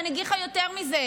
ואני אגיד לך יותר מזה,